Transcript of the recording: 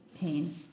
pain